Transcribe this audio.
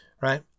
Right